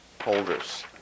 holders